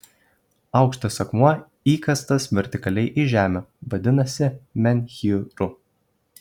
aukštas akmuo įkastas vertikaliai į žemę vadinamas menhyru